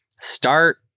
start